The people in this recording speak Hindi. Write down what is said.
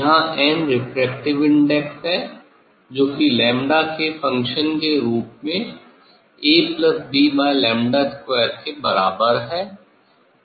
यहाँ 'n' रेफ्रेक्टिव इंडेक्स है जो कि '𝝺' के फ़ंक्शन के रूप A plus B by lambda square के बराबर है